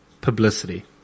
publicity